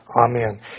Amen